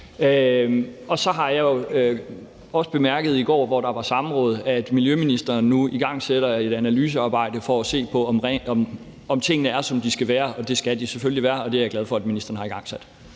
bemærkede jeg også i går, hvor der var samråd, at miljøministeren nu igangsætter et analysearbejde for at se på, om tingene er, som de skal være, og det skal de selvfølgelig være, og det er jeg glad for at ministeren har igangsat.